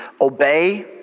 obey